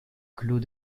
clos